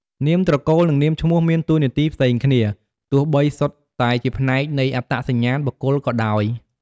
នាមត្រកូល និង នាមឈ្មោះ មានតួនាទីផ្សេងគ្នា ទោះបីសុទ្ធតែជាផ្នែកនៃអត្តសញ្ញាណបុគ្គលក៏ដោយ។